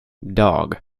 dog